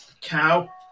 cow